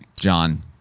John